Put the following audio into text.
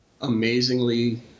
Amazingly